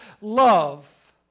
love